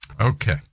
Okay